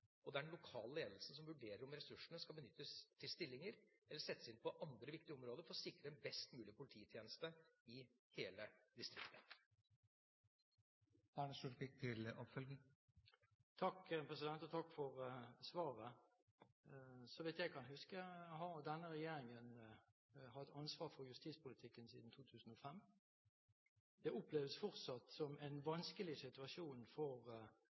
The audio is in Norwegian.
og det er den lokale ledelsen som vurderer om ressursene skal benyttes til stillinger eller settes inn på andre viktige områder for å sikre en best mulig polititjeneste i hele distriktet. Takk for svaret. Så vidt jeg kan huske, har denne regjeringen hatt ansvaret for justispolitikken siden 2005. Det oppleves fortsatt som en vanskelig situasjon for